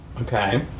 Okay